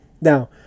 now